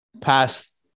past